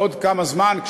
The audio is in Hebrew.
בעוד זמן מה,